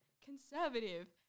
conservative